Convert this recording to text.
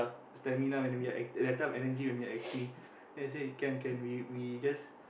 stamina when we are act that type of energy when we were acting then we say can can we just